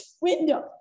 window